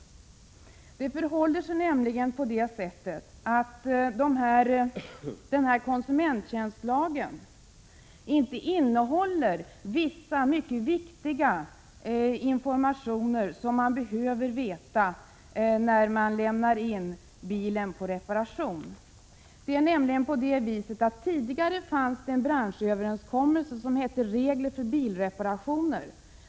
Konsumenttjänstlagen innehåller vissa mycket viktiga informationer, som man behöver ha när man lämnar in bilen på reparation. Konsumenttjänstlagen innehåller nämligen inte krav på vissa mycket viktiga informationer, som man behöver ha när man lämnar in en bil på reparation. Tidigare fanns en branschöverenskommelse, som hette Regler för bilreparation.